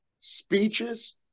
speeches